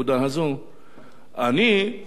אני סברתי אז, ועדיין אני סבור,